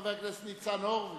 חבר הכנסת ניצן הורוביץ.